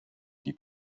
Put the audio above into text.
die